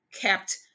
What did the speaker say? kept